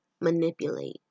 manipulate